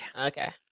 okay